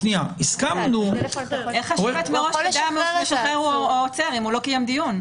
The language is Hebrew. אם לא קיים דיון?